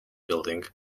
building